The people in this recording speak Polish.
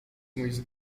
mój